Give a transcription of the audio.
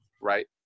right